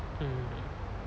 mm